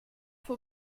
für